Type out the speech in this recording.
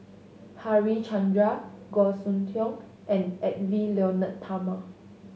Harichandra Goh Soon Tioe and Edwy Lyonet Talma